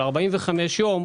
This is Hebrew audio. על 45 ימים,